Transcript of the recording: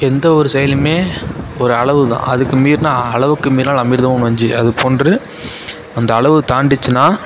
எந்த ஒரு செயலியுமே ஒரு அளவு தான் அதுக்கு மீறினா அளவுக்கு மீறினால் அமிர்தமும் நஞ்சு அது போன்று அந்த அளவு தாண்டுச்சுனா